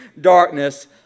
darkness